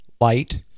light